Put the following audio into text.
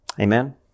Amen